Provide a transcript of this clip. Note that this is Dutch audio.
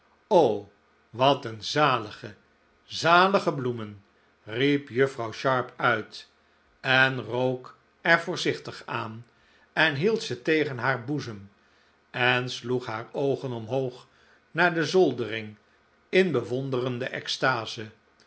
wat een zalige zalige bloemen riep juffrouw sharp uit en rook er voorzichtig aan en hield ze tegen haar boezem en sloeg haar oogen omhoog naar de zoldering in bewonderende extase